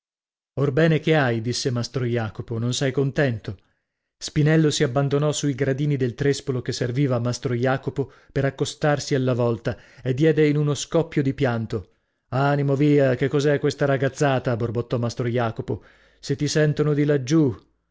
orbene che hai disse mastro jacopo non sei contento spinello si abbandonò sui gradini del trespolo che serviva a mastro jacopo per accostarsi alla vòlta e diede in uno scoppio di pianto animo via che cos'è questa ragazzata borbottò mastro jacopo se ti sentono di laggiù